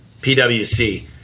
PwC